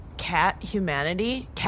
Cat-humanity